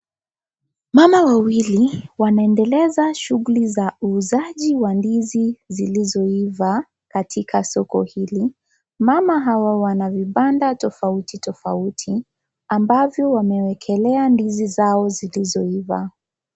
Mama wawili wanaendeleza shughuli za uuzaji wa ndizi zilizoiva katika soko hili. Mama hawa wana vibanda tofautitofauti ambavyo wamewekelea ndizi zao zilizoiva.